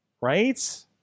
Right